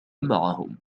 معهم